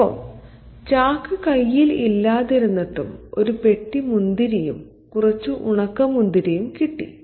ഒപ്പം ചാക്ക് കയ്യിൽ ഇല്ലാതിരുന്നിട്ടും ഒരു പെട്ടി മുന്തിരിയും കുറച്ച് ഉണക്കമുന്തിരിയും കിട്ടി